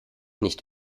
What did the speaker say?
nicht